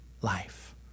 life